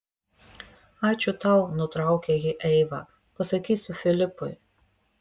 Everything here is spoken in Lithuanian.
ačiū tau nutraukė jį eiva pasakysiu filipui